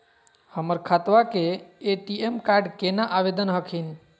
हमर खतवा के ए.टी.एम कार्ड केना आवेदन हखिन?